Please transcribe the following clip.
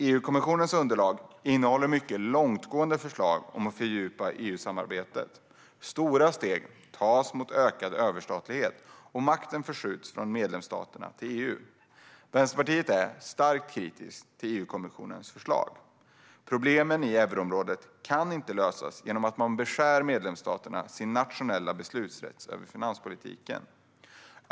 EU-kommissionens underlag innehåller mycket långtgående förslag om ett fördjupat EU-samarbete. Stora steg tas mot ökad överstatlighet, och makten förskjuts från medlemsstaterna till EU. Vänsterpartiet är starkt kritiskt till EU-kommissionens förslag. Problemen i euroområdet kan inte lösas genom att man beskär medlemsstaternas nationella beslutanderätt över finanspolitiken.